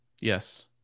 yes